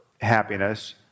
happiness